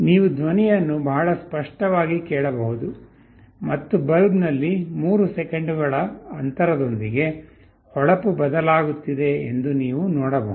ನೀವು ಧ್ವನಿಯನ್ನು ಬಹಳ ಸ್ಪಷ್ಟವಾಗಿ ಕೇಳಬಹುದು ಮತ್ತು ಬಲ್ಬ್ನಲ್ಲಿ 3 ಸೆಕೆಂಡುಗಳ ಅಂತರದೊಂದಿಗೆ ಹೊಳಪು ಬದಲಾಗುತ್ತಿದೆ ಎಂದು ನೀವು ನೋಡಬಹುದು